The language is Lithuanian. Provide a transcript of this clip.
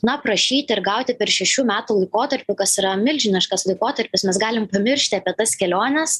na prašyti ir gauti per šešių metų laikotarpį kas yra milžiniškas laikotarpis mes galim pamiršti apie tas keliones